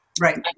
Right